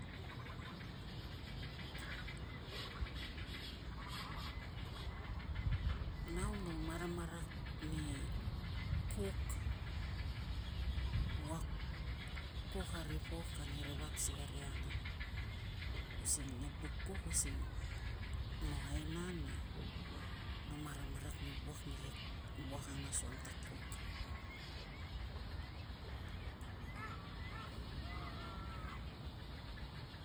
Nau no maramarak ni kuk, wuak, kuk ari pok ani ri vap asi kari angan, using no buk kuk using no aina na no maramarak ni wuak ni ke wuak ang asukang ta kuk.